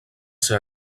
ser